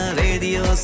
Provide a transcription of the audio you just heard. radio